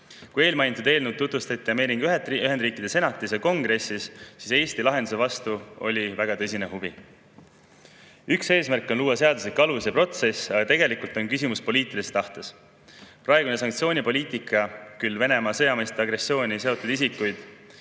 Kui eelmainitud eelnõu tutvustati Ameerika Ühendriikide Senatis ja Kongressis, siis oli Eesti lahenduse vastu väga tõsine huvi. Üks eesmärk on luua seaduslik alus ja protsess, aga tegelikult on küsimus poliitilises tahtes. Praegune sanktsioonipoliitika küll Venemaa sõjalise agressiooniga seotud isikuid